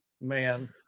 Man